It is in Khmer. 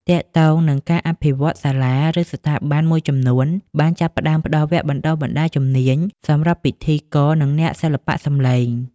ទាក់ទងនឹងការអភិវឌ្ឍន៍សាលា ឬស្ថាប័នមួយចំនួនបានចាប់ផ្តើមផ្តល់ វគ្គបណ្ដុះបណ្ដាលជំនាញ សម្រាប់ពិធីករ និងអ្នកសិល្បៈសំឡេង។